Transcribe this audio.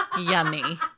Yummy